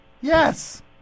Yes